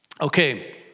Okay